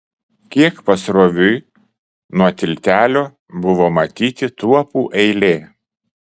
kiek pasroviui nuo tiltelio buvo matyti tuopų eilė